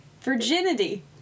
Virginity